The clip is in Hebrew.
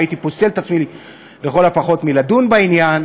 הייתי פוסל את עצמי לכל הפחות מלדון בעניין,